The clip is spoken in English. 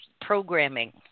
Programming